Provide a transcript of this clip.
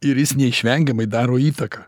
ir jis neišvengiamai daro įtaką